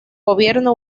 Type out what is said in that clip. gobierno